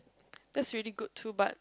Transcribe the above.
that's really good too but